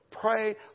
Pray